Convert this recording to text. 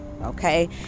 okay